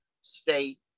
state